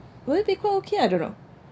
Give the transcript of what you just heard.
will it be quite okay I don't know